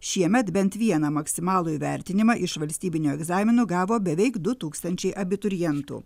šiemet bent vieną maksimalų įvertinimą iš valstybinio egzamino gavo beveik du tūkstančiai abiturientų